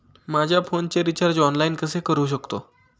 माझ्या फोनचे recharge online कसे करू शकतो?